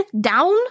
down